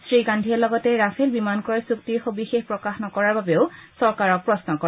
শ্ৰীগান্ধীয়ে লগতে ৰাফেল বিমান ক্ৰয় চুক্তিৰ সবিশেষ প্ৰকাশ নকৰাৰ বাবেও চৰকাৰক প্ৰশ্ন কৰে